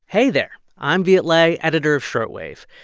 hey there. i'm viet le, editor of short wave.